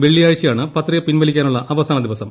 വെള്ളിയാഴ്ചയാണ് പത്രിക പിൻവലിക്കാനുള്ള അവസാന ദിവസം